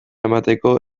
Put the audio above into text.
emateko